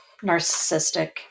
narcissistic